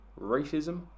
racism